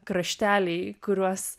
krašteliai į kuriuos